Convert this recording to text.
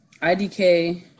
IDK